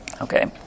Okay